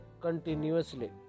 continuously